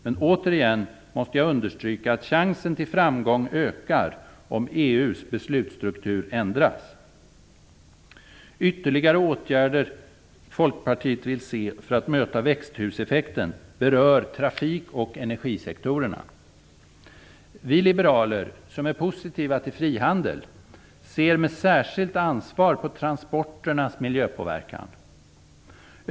Men återigen måste jag understryka att chansen till framgång ökar om EU:s beslutsstruktur ändras. Ytterligare åtgärder som Folkpartiet vill se för att möta växthuseffekten berör trafikoch energisektorerna. Vi liberaler, som är positiva till frihandel, ser med särskilt ansvar på transporternas miljöpåverkan.